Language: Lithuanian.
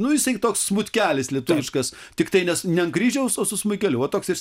nu jisai toks smūtkelis lietuviškas tiktai nes ne ant kryžiaus o su smuikeliu va toks jis